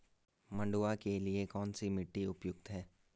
मंडुवा के लिए कौन सी मिट्टी उपयुक्त है?